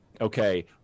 okay